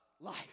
life